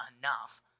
enough